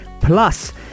Plus